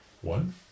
one